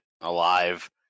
alive